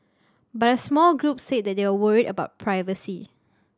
but a small group said they were worried about privacy